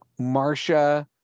Marsha